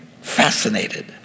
fascinated